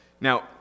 Now